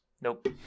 nope